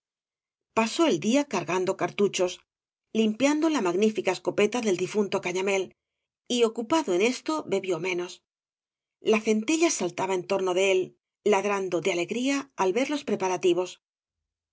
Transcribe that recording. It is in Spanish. pasó el día cargando cartuchos limpiando la gañas y barro magnífica escopeta del difunto cañamél y ocupado en esto bebió menos la centella saltaba en torno de él ladrando de alegría al ver los preparativos